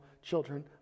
children